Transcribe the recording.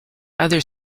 other